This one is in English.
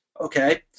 okay